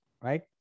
right